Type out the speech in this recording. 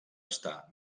està